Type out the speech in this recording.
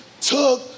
took